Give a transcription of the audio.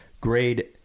grade